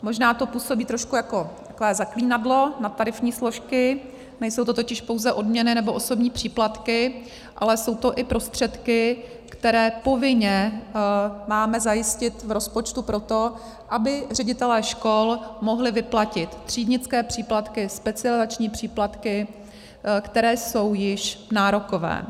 Možná to působí trošku jako zaklínadlo, nadtarifní složky, nejsou to totiž pouze odměny nebo osobní příplatky, ale jsou to prostředky, které povinně máme zajistit v rozpočtu pro to, aby ředitelé škol mohli vyplatit třídnické příplatky, specializační příplatky, které jsou již nárokové.